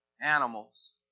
animals